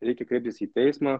reikia kreiptis į teismą